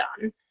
done